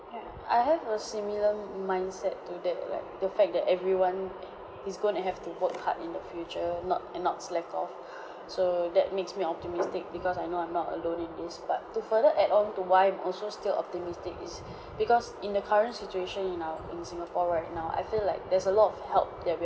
ya I have a similar mindset to that like the fact that everyone is going to have to work hard in the future not and not slack off so that makes me optimistic because I know I'm not alone in this part to further add on to why I'm also still optimistic is because in the current situation in our in singapore right now I feel like there's a lot of help that we are